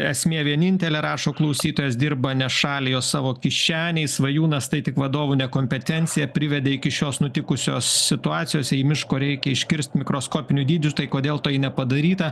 esmė vienintelė rašo klausytojas dirba ne šaliai o savo kišenei svajūnas tai tik vadovų nekompetencija privedė iki šios nutikusios situacijos jei miško reikia iškirst mikroskopiniu dydžiu tai kodėl tai nepadaryta